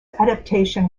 adaptation